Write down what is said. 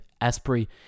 Asprey